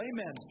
amen